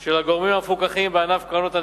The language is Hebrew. של הגורמים המפוקחים בענף קרנות הנאמנות,